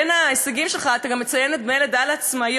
בין ההישגים שלך אתה גם מציין את דמי לידה לעצמאיות,